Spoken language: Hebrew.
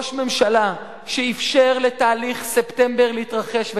ראש ממשלה שאפשר לתהליך ספטמבר להתרחש,